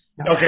Okay